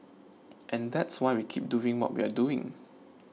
and that's why we keep doing what we're doing